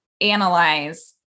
analyze